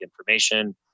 information